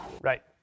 Right